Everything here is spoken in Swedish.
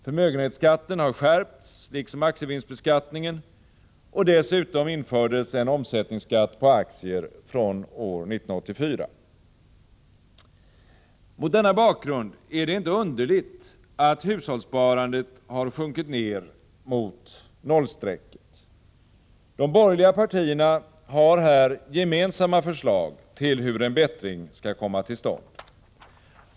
Förmögenhetsskatten har skärpts liksom aktievinstbeskattningen, och dessutom infördes en omsättningsskatt på aktier från år 1984. Mot denna bakgrund är det inte underligt att hushållssparandet har sjunkit ned mot noll. De borgerliga partierna har här gemensamma förslag till hur en bättring skall komma till stånd.